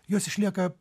jos išlieka